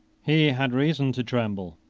he had reason to tremble.